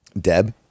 Deb